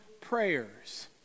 prayers